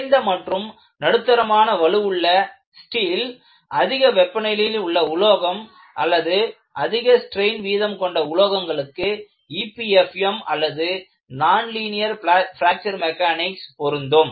குறைந்த மற்றும் நடுத்தரமான வலுவுள்ள ஸ்டீல் அதிக வெப்பநிலையில் உள்ள உலோகம் அல்லது அதிக ஸ்ட்ரெயின் வீதம் கொண்ட உலோகங்களுக்கு EPFM அல்லது நான் லீனியர் பிராக்ச்சர் மெக்கானிக்ஸ் பொருந்தும்